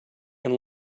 and